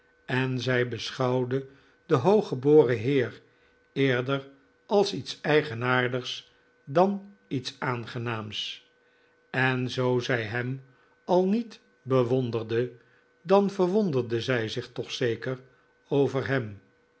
en zij beschouwde den hooggeboren heer eerder als iets eigenaardigs dan iets aangenaams en zoo zij hem al niet bewonderde dan verwonderde zij zich toch zeker over hem